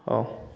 ହେଉ